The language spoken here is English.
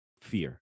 fear